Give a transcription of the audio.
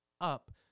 up